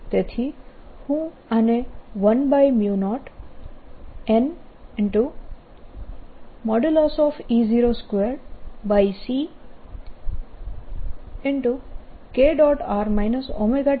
તેથી હું આને 10nE02csin2k